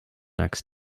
next